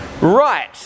right